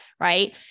Right